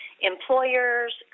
employers